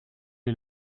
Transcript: est